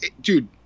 dude